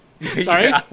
Sorry